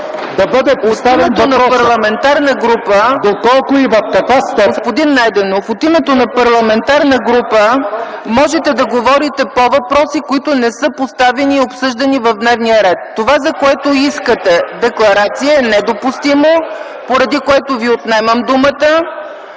каква степен ... ПРЕДСЕДАТЕЛ ЦЕЦКА ЦАЧЕВА: Господин Найденов, от името на парламентарна група можете да говорите по въпроси, които не са поставени и обсъждани в дневния ред. Това, за което искате декларация, е недопустимо, поради което Ви отнемам думата